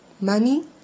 money